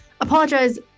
apologize